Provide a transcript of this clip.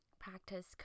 practice